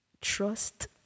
Trust